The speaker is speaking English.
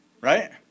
right